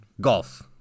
Golf